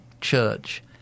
church